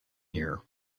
here